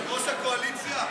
יושב-ראש הקואליציה,